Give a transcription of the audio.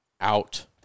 Out